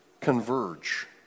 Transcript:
converge